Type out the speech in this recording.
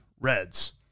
Reds